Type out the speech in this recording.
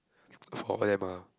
for them ah